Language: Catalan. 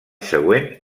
següent